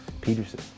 Peterson